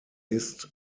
ist